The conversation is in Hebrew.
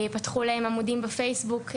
פתחו להן עמודים בפייסבוק.